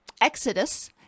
exodus